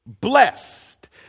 blessed